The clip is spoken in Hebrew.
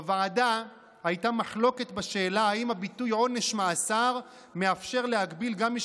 בוועדה הייתה מחלוקת בשאלה אם הביטוי "עונש מאסר" מאפשר להגביל גם מי